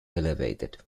elevated